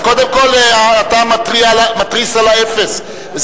קודם כול אתה מתריס על האפס.